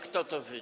Kto to: wy?